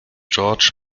george